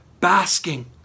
basking